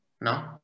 No